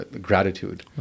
gratitude